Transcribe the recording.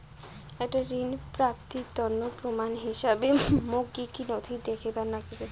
একটা ঋণ প্রাপ্তির তন্ন প্রমাণ হিসাবে মোক কী কী নথি দেখেবার নাগিবে?